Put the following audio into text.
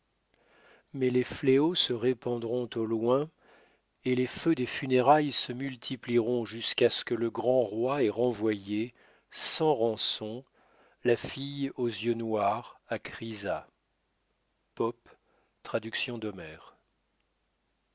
mais les fléaux se répandront au loin et les feux des funérailles se multiplieront jusqu'à ce que le grand roi ait renvoyé sans rançon la fille aux yeux noirs à chrysa pope traduction